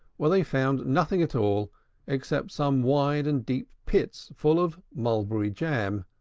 where they found nothing at all except some wide and deep pits full of mulberry-jam.